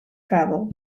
travel